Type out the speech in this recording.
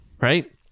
right